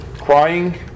Crying